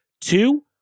Two